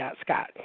scott